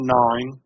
nine